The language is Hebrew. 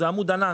זה "עמוד ענן".